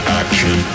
action